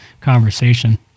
conversation